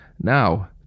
now